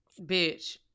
Bitch